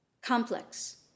complex